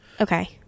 Okay